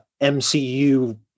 MCU